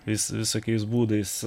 jis visokiais būdais